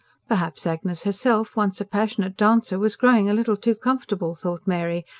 perhaps agnes herself, once a passionate dancer, was growing a little too comfortable, thought mary,